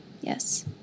yes